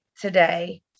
today